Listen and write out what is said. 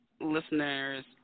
listeners